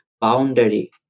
boundary